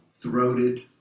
throated